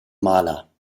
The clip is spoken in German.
maler